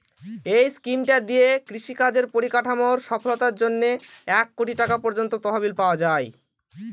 এই স্কিমটা দিয়ে কৃষি কাজের পরিকাঠামোর সফলতার জন্যে এক কোটি টাকা পর্যন্ত তহবিল পাওয়া যায়